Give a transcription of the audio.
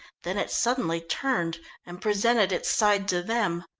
then it suddenly turned and presented its side to them.